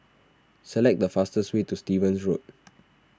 select the fastest way to Stevens Road